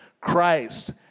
Christ